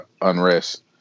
unrest